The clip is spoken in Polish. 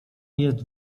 jest